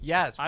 Yes